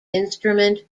instrument